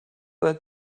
that